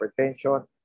hypertension